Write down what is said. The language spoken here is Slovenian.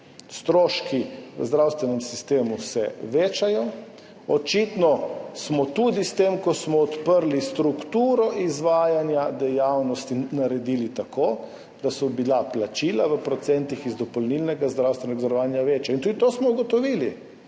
stroški v zdravstvenem sistemu se večajo, očitno smo tudi s tem, ko smo odprli strukturo izvajanja dejavnosti, naredili tako, da so bila plačila v procentih iz dopolnilnega zdravstvenega zavarovanja večja. In tudi to smo ugotovili